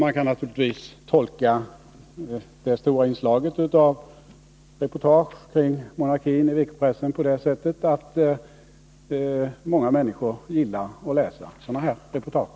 Man kan naturligtvis tolka det stora inslaget i veckopressen av reportage kring monarkin på det sättet att många människor gillar att läsa sådana reportage.